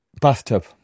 Bathtub